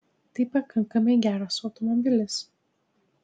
tai pakankamai geras automobilis